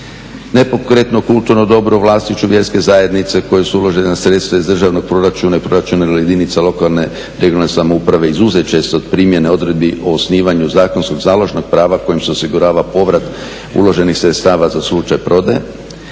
Nepokretno kulturno dobro u vlasništvu vjerske zajednice u koje su uložena sredstva iz državnog proračuna i proračuna jedinica lokalne regionalne samouprave izuzet će se od primjene odredbi o osnivanju zakonskog založnog prava kojim se osigurava povrat uloženih sredstava za slučaj prodaje.